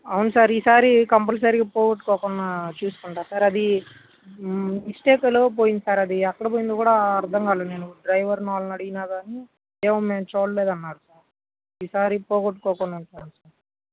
అవును సార్ ఈసారి కంపల్సరీగా పోగొట్టుకున్నా చూసుకుంటా సార్ అది మిస్టేక్లో పోయింది సార్ అది ఎక్కడ పోయిందో కూడా అర్థంకాలేదు నేను డ్రైవర్ వాళ్ళను అడిగినా కానీ ఏమో మేము చూడలేదన్నారు సార్ ఈసారి పోగొట్టుకోకుండా ఉంటాను సార్